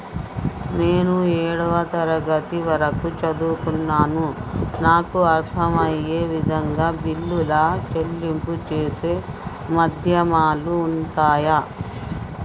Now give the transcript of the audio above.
నేను ఏడవ తరగతి వరకు చదువుకున్నాను నాకు అర్దం అయ్యే విధంగా బిల్లుల చెల్లింపు చేసే మాధ్యమాలు ఉంటయా?